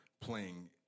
playing